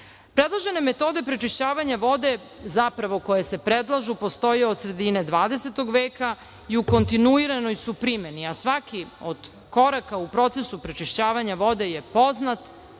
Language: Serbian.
zakona. Predložene metode prečišćavanja vode zapravo koje se predlažu postoje od sredine 20. veka i u kontinuiranoj su primeni, a svaki od koraka u procesu prečišćavanja vode je poznat,